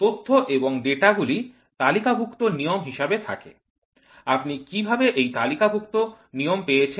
তথ্য এবং ডেটা গুলি তালিকাভুক্ত নিয়ম হিসেবে থাকে আপনি কিভাবে এই তালিকাভুক্ত নিয়ম পেয়েছেন